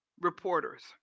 reporters